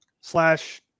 slash